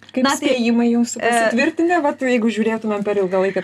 kaip spėjimai jūsų pasitvirtinę vat jeigu žiūrėtumėm per ilgalaikę